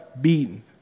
beaten